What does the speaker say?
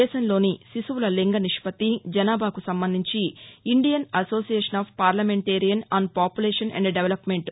దేశంలోని శిశువుల లింగనిష్నత్తి జనాభాకు సంబంధించి Indian association of parliamentarian on population and development